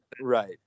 Right